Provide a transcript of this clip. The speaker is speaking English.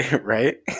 Right